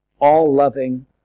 all-loving